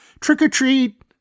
Trick-or-treat